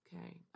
Okay